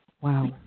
Wow